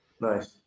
nice